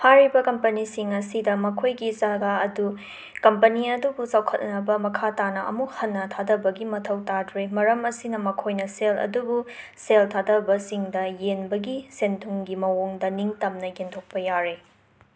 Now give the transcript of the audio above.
ꯍꯥꯏꯔꯤꯕ ꯀꯝꯄꯅꯤꯁꯤꯡ ꯑꯁꯤꯗ ꯃꯈꯣꯏꯒꯤ ꯆꯒꯥ ꯑꯗꯨ ꯀꯝꯄꯅꯤ ꯑꯗꯨꯕꯨ ꯆꯥꯎꯈꯠꯅꯅꯕ ꯃꯈꯥ ꯇꯥꯅꯥ ꯑꯃꯨꯛ ꯍꯟꯅ ꯊꯥꯗꯕꯒꯤ ꯃꯊꯧ ꯇꯥꯗ꯭ꯔꯦ ꯃꯔꯝ ꯑꯁꯤꯅ ꯃꯈꯣꯏꯅ ꯁꯦꯜ ꯑꯗꯨꯕꯨ ꯁꯦꯜ ꯊꯥꯗꯕꯁꯤꯡꯗ ꯌꯦꯟꯕꯒꯤ ꯁꯦꯟꯊꯨꯡꯒꯤ ꯃꯥꯑꯣꯡꯗ ꯅꯤꯡꯇꯝꯅ ꯌꯦꯟꯊꯣꯛꯄ ꯌꯥꯔꯦ